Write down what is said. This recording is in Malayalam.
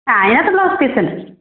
ആ അതിനകത്ത് ബ്ലൗസ് പീസുണ്ട്